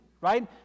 right